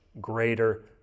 greater